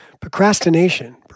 procrastination